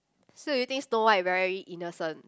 so you think snow-white very innocent